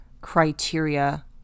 criteria